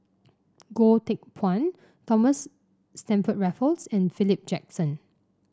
Goh Teck Phuan Thomas Stamford Raffles and Philip Jackson